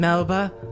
Melba